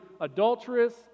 adulterers